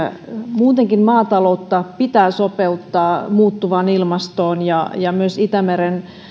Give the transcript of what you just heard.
muutenkin maataloutta pitää sopeuttaa muuttuvaan ilmastoon ja ja myös itämeren